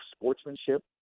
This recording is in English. sportsmanship